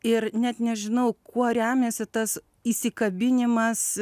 ir net nežinau kuo remiasi tas įsikabinimas